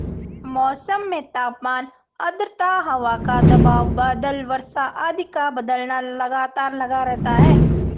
मौसम में तापमान आद्रता हवा का दबाव बादल वर्षा आदि का बदलना लगातार लगा रहता है